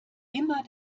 immer